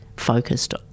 Focused